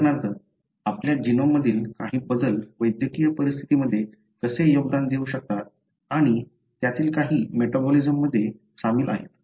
उदाहरणार्थ आपल्या जीनोम मधील काही बदल वैद्यकीय परिस्थितीमध्ये कसे योगदान देऊ शकतात आणि त्यातील काही मेटाबोलिसममध्ये सामील आहेत